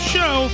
Show